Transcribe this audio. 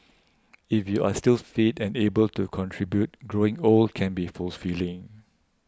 if you're still fit and able to contribute growing old can be force filling